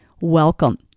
Welcome